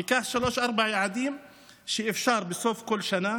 ניקח שלושה-ארבעה יעדים שאפשר בסוף כל שנה